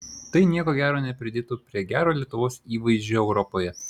tai nieko gero nepridėtų prie gero lietuvos įvaizdžio europoje